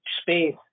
space